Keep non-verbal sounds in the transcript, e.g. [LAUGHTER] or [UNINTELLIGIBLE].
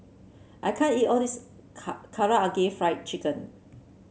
I can't eat all this [UNINTELLIGIBLE] Karaage Fried Chicken